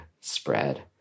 spread